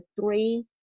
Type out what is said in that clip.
three